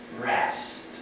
rest